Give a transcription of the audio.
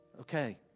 Okay